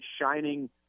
shining